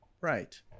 Right